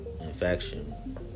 infection